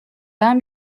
vingt